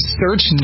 search